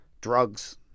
drugs